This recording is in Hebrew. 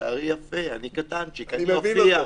שערי יפה, אני קטנצ'יק -- אני מבין אותו.